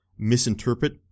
misinterpret